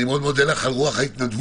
אני מאוד מודה לך על רוח ההתנדבות,